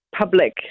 public